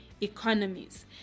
economies